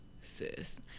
sis